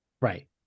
Right